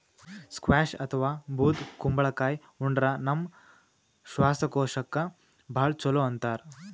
squash ಅಥವಾ ಬೂದ್ ಕುಂಬಳಕಾಯಿ ಉಂಡ್ರ ನಮ್ ಶ್ವಾಸಕೋಶಕ್ಕ್ ಭಾಳ್ ಛಲೋ ಅಂತಾರ್